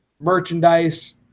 Merchandise